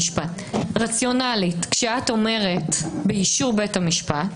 רציונלית כשאת אומרת: באישור בית המשפט,